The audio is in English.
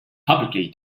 publicly